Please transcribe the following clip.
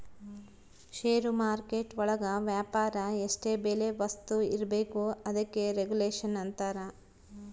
ಷೇರು market ಒಳಗ ವ್ಯಾಪಾರ ಎಷ್ಟ್ ಬೆಲೆ ವಸ್ತು ಇರ್ಬೇಕು ಅದಕ್ಕೆ ರೆಗುಲೇಷನ್ ಅಂತರ